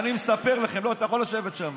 לא, אתה יכול לשבת שם.